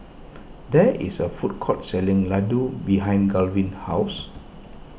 there is a food court selling Ladoo behind Garvin's house